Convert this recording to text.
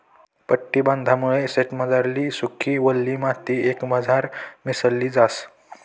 पट्टी बांधामुये शेतमझारली सुकी, वल्ली माटी एकमझार मिसळी जास